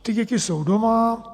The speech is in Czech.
Ty děti jsou doma.